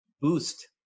boost